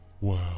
Wow